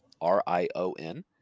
R-I-O-N